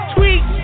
Tweet